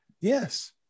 Yes